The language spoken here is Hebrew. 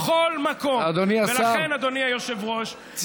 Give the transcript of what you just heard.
אדוני השר.